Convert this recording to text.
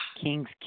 Kings